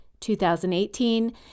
2018